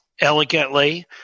elegantly